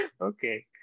Okay